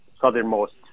southernmost